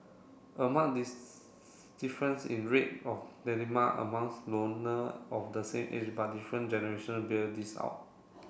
a mark difference in rate of among the loner of the same age but different generation beer this out